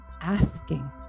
asking